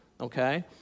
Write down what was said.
okay